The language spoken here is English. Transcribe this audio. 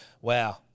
Wow